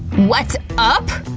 what's up!